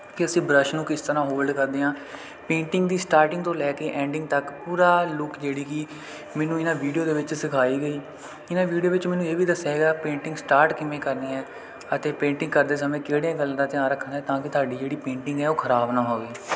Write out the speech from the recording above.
ਕਿ ਅਸੀਂ ਬਰੱਸ਼ ਨੂੰ ਕਿਸ ਤਰ੍ਹਾਂ ਹੋਲਡ ਕਰਦੇ ਹਾਂ ਪੇਂਟਿੰਗ ਦੀ ਸਟਾਰਟਿੰਗ ਤੋਂ ਲੈ ਕੇ ਐਂਡਿੰਗ ਤੱਕ ਪੂਰਾ ਲੁੱਕ ਜਿਹੜੀ ਕਿ ਮੈਨੂੰ ਇਹਨਾਂ ਵੀਡੀਓ ਦੇ ਵਿੱਚ ਸਿਖਾਈ ਗਈ ਇਹਨਾਂ ਵੀਡੀਓ ਵਿੱਚ ਮੈਨੂੰ ਇਹ ਵੀ ਦੱਸਿਆ ਗਿਆ ਪੇਂਟਿੰਗ ਸਟਾਰਟ ਕਿਵੇਂ ਕਰਨੀ ਹੈ ਅਤੇ ਪੇਂਟਿੰਗ ਕਰਦੇ ਸਮੇਂ ਕਿਹੜੀਆਂ ਗੱਲਾਂ ਦਾ ਧਿਆਨ ਰੱਖਣਾ ਤਾਂ ਕਿ ਤੁਹਾਡੀ ਜਿਹੜੀ ਪੇਂਟਿੰਗ ਹੈ ਉਹ ਖਰਾਬ ਨਾ ਹੋਵੇ